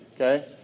Okay